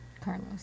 Carlos